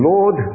Lord